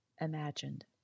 imagined